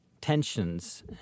tensions